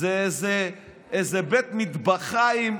זה איזה בית מטבחיים,